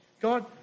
God